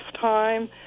time